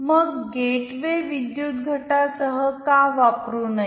मग गेटवे विद्युत घटासह का वापरु नये